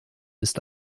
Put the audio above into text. ist